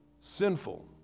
sinful